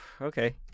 okay